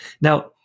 Now